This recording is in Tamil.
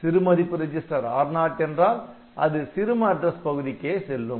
சிறு மதிப்பு ரிஜிஸ்டர் R0 என்றால் அது சிறும அட்ரஸ் பகுதிக்கே செல்லும்